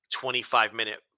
25-minute